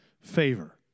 favor